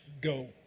go